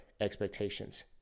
expectations